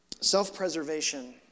Self-preservation